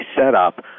setup